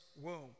womb